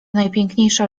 najpiękniejsza